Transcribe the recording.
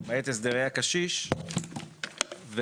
למעט הסדרי הקשיש והסיעודי,